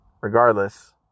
regardless